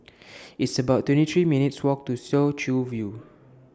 It's about twenty three minutes' Walk to Soo Chow View